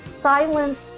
silence